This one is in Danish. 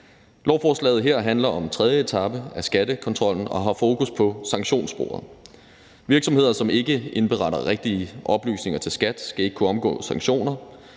Lovforslaget her handler om tredje etape af skattekontrollen og har fokus på sanktionssporet. Virksomheder, som ikke indberetter rigtige oplysninger til skattevæsenet, skal ikke kunne omgå sanktioner;